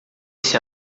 esse